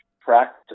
practice